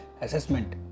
assessment